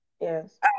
Yes